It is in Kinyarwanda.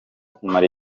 kumara